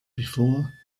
before